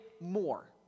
more